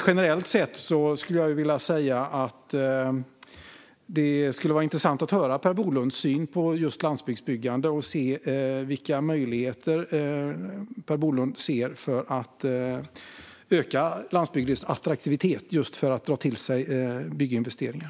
Generellt sett skulle det vara intressant att höra Per Bolunds syn på just landsbygdsbyggande och vilka möjligheter han ser för att öka landsbygdens attraktivitet just för att dra till sig bygginvesteringar.